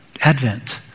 Advent